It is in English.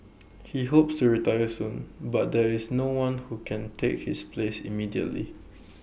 he hopes to retire soon but there is no one who can take his place immediately